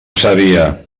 sabia